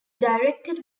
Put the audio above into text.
directed